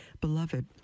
Beloved